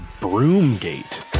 Broomgate